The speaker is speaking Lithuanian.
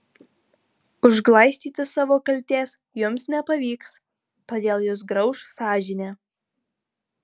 užglaistyti savo kaltės jums nepavyks todėl jus grauš sąžinė